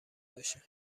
باشه